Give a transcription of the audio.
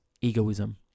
egoism